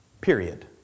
period